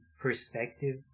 perspective